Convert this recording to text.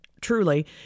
Truly